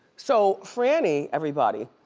so frannie, everybody,